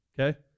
Okay